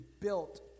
built